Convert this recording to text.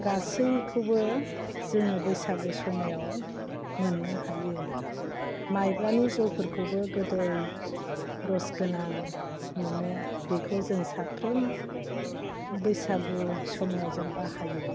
गासैखौबो जोङो बैसागु समायाव मोननो हायो मायब्रानि जौफोरखौबो गोदै रस गोनां मोनो बेखौ जों साफ्रोम बैसागु समायाव जों बाहायो